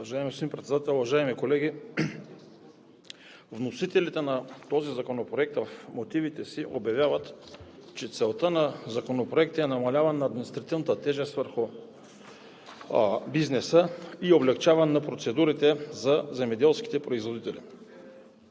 Уважаеми господин Председател, уважаеми колеги! Вносителите на този Законопроект обявяват в мотивите си, че целта на Законопроекта е намаляване на административната тежест върху бизнеса и облекчаване на процедурите за земеделските производители.